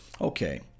Okay